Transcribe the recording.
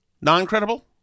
Non-credible